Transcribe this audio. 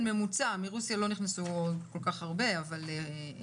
מרוסיה לא נכנסו כל כך הרבה חולים,